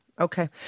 Okay